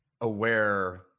aware